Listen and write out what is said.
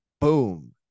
Boom